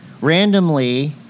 randomly